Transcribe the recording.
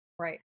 Right